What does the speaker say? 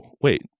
wait